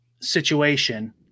situation